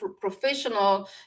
professional